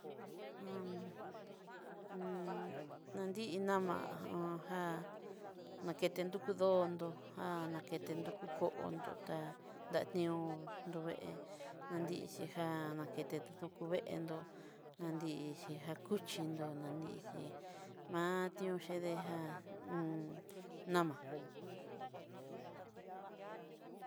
nanrí nama ujá nakete dukú donró, jan naketenró koó'nro tá danió nruveé, anrixhija naketenró tukuveen'ndó na'nrí nakuchinró nanrí chí patió chídeja nama.